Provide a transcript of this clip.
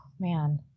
Man